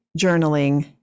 journaling